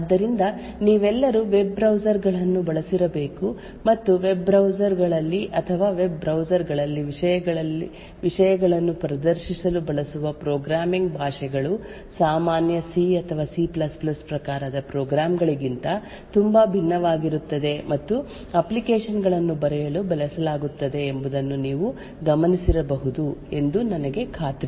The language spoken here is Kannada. ಆದ್ದರಿಂದ ನೀವೆಲ್ಲರೂ ವೆಬ್ ಬ್ರೌಸರ್ ಗಳನ್ನು ಬಳಸಿರಬೇಕು ಮತ್ತು ವೆಬ್ ಬ್ರೌಸರ್ ಗಳಲ್ಲಿ ಅಥವಾ ವೆಬ್ ಬ್ರೌಸರ್ ಗಳಲ್ಲಿ ವಿಷಯಗಳನ್ನು ಪ್ರದರ್ಶಿಸಲು ಬಳಸುವ ಪ್ರೋಗ್ರಾಮಿಂಗ್ ಭಾಷೆಗಳು ಸಾಮಾನ್ಯ ಸಿ ಅಥವಾ ಸಿ C ಪ್ರಕಾರದ ಪ್ರೋಗ್ರಾಂ ಗಳಿಗಿಂತ ತುಂಬಾ ಭಿನ್ನವಾಗಿರುತ್ತವೆ ಮತ್ತು ಅಪ್ಲಿಕೇಶನ್ ಗಳನ್ನು ಬರೆಯಲು ಬಳಸಲಾಗುತ್ತದೆ ಎಂಬುದನ್ನು ನೀವು ಗಮನಿಸಿರಬಹುದು ಎಂದು ನನಗೆ ಖಾತ್ರಿಯಿದೆ